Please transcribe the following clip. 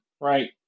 Right